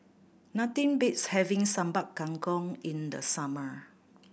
nothing beats having Sambal Kangkong in the summer